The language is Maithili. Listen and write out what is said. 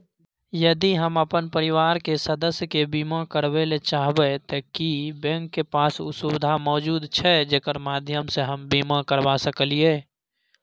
यदि हम अपन परिवार के सदस्य के बीमा करबे ले चाहबे त की बैंक के पास उ सुविधा मौजूद छै जेकर माध्यम सं हम बीमा करबा सकलियै?